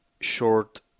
short